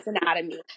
Anatomy